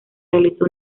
realizó